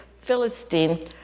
Philistine